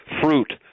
fruit